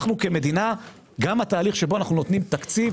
תקציב